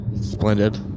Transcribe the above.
Splendid